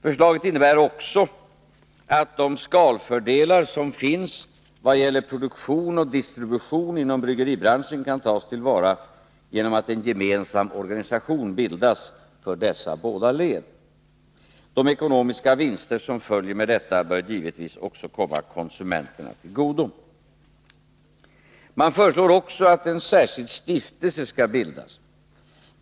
Förslaget innebär också att de skalfördelar som finns i vad gäller produktion och distribution inom bryggeribranschen kan tas till vara genom att en gemensam organisation bildas för dessa båda led. De ekonomiska vinster som följer med detta bör givetvis också komma konsumenterna till godo. Man föreslår också att en särskild stiftelse skall bildas.